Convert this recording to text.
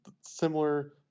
similar